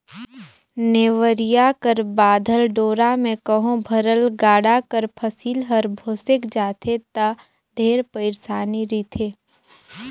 नेवरिया कर बाधल डोरा मे कहो भरल गाड़ा कर फसिल हर भोसेक जाथे ता ढेरे पइरसानी रिथे